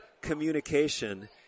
communication